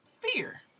Fear